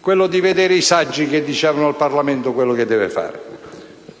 quella di vedere i saggi che dicono al Parlamento ciò che deve fare.